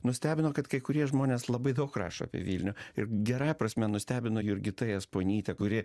nustebino kad kai kurie žmonės labai daug rašo apie vilnių ir gerąja prasme nustebino jurgita jasponytė kuri